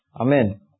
Amen